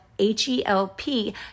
h-e-l-p